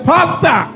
Pastor